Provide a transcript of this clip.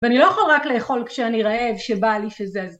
ואני לא יכול רק לאכול כשאני רעב שבא לי שזה זה.